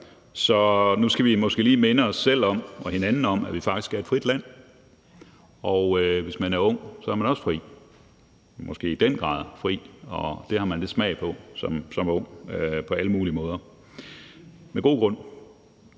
så nu skal vi måske lige minde os selv og hinanden om, at vi faktisk bor i et frit land, og hvis man er ung, er man også fri, måske i den grad fri, og det har man jo som ung lidt smag for på alle mulige måder og med god grund.